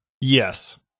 Yes